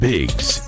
Biggs